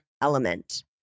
element